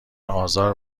آزار